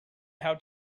how